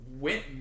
went